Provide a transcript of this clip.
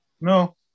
No